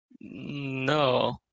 No